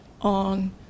on